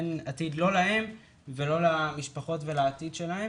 אין עתיד, לא להם ולא למשפחות שלהם,